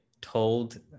told